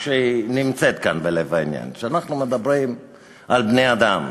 שנמצאת בלב העניין: אנחנו מדברים על בני-אדם.